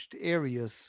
areas